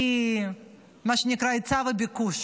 כי יש, מה שנקרא, היצע וביקוש.